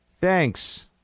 Thanks